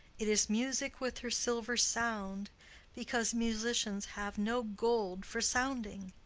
it is music with her silver sound because musicians have no gold for sounding.